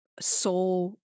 soul